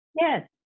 yes